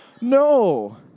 No